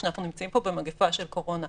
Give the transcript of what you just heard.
כשאנחנו נמצאים פה במגפה של קורונה.